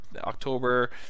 October